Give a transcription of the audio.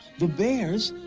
the bears,